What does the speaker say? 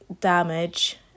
damage